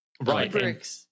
Right